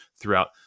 throughout